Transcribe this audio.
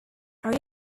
are